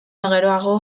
geroago